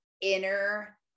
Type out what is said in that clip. inner